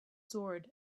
sword